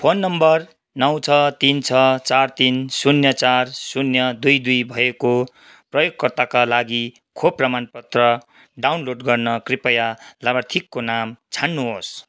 phone number नौ छ तिन छ चार तिन शून्य चार शून्य दुई दुई भएको प्रयोगकर्ताका लागि खोप प्रमाणपत्र डाउनलोड गर्न कृपया लाभार्थीको नाम छान्नुहोस्